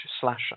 slash